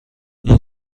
این